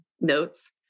notes